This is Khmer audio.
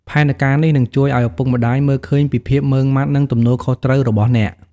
ផែនការនេះនឹងជួយឲ្យឪពុកម្ដាយមើលឃើញពីភាពម៉ឺងម៉ាត់ និងទំនួលខុសត្រូវរបស់អ្នក។